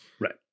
Right